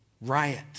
riot